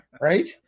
Right